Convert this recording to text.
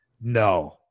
No